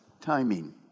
timing